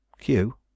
Q